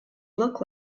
look